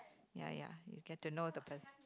ya ya you get to know the